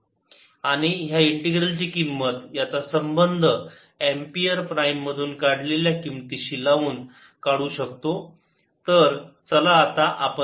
B 0I4πdlr rr r3dV04πjr×r rr r3dV आपण ह्या integral ची किंमत याचा संबंध एंपियर प्राईम मधून काढलेल्या किमतीशी लावून काढू शकतो तर चला आपण ते करूया